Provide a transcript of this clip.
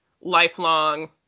lifelong